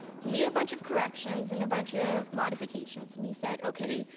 he made a bunch of corrections and a bunch of modifications, and he said, okay,